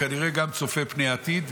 כנראה גם צופה פני העתיד,